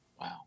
Wow